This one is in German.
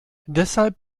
deshalb